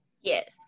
yes